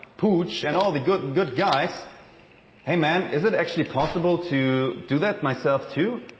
pooch, and all the good and good guys hey, man, is it actually possible to do that myself too?